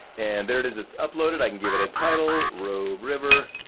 and there it is, it's uploaded. i can give it a title rogue river,